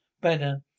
better